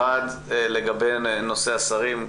אחת לגבי נושא השרים.